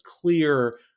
clear